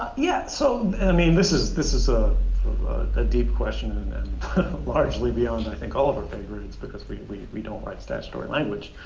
yeah, so i mean this is this is ah the deep question and largely beyond i think all of our pay grades, because we we don't write statutory language.